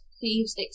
thieves